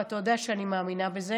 ואתה יודע שאני מאמינה בזה.